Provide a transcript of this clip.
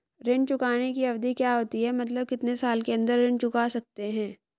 ऋण चुकाने की अवधि क्या होती है मतलब कितने साल के अंदर ऋण चुका सकते हैं?